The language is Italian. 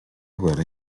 guerra